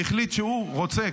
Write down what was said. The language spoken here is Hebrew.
והחליט שהוא רוצה,